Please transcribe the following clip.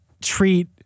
treat